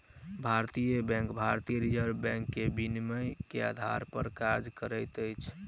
भारतीय बैंक भारतीय reserve bank के विनियमन के आधार पर काज करैत अछि